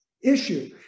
issue